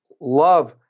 love